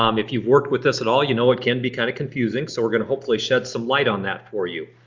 um if you've worked with us at all you know it can be kind of confusing so we're going to hopefully shed some light on that for you.